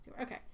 okay